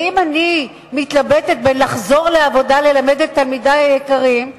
ואם אני מתלבטת בין לחזור לעבודה וללמד את תלמידי היקרים לי,